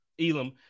Elam